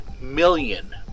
million